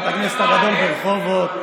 בבית הכנסת הגדול ברחובות,